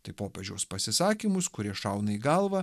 tai popiežiaus pasisakymus kurie šauna į galvą